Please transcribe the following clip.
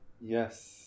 Yes